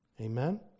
Amen